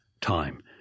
time